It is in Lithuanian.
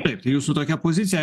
taip tai jūsų tokia pozicija